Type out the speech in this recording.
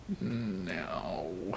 No